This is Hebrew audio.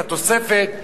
את התוספת,